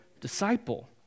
disciple